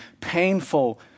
painful